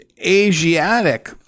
Asiatic